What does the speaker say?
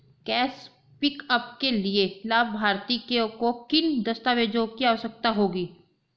Cash pickup के लिए लाभार्थी को किन दस्तावेजों की आवश्यकता होगी?